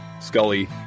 Scully